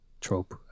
trope